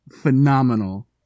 phenomenal